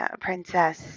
princess